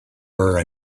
were